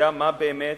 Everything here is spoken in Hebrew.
לא יודע מה קורה באמת,